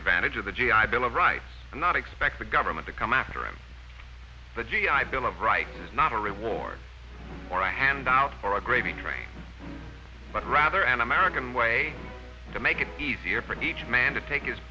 advantage of the g i bill of rights and not expect the government to come after him the g i bill of rights is not a reward or a handout or a gravy train but rather an american way to make it easier for each man to take his